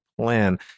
Plan